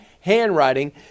handwriting